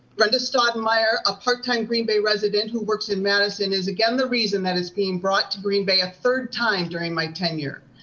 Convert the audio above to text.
and meyer, a part time green bay resident who works in madison is again the reason that it's being brought to green bay a third time during my tenure.